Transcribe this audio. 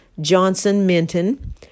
Johnson-Minton